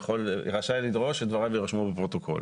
רשאי לדרוש שדבריו יירשמו בפרוטוקול.